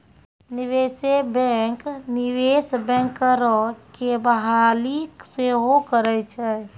निवेशे बैंक, निवेश बैंकरो के बहाली सेहो करै छै